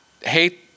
Hate